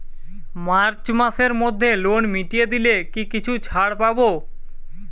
March মাসের মধ্যে loan মিটিয়ে দিলে কি কিছু ছাড় পাব?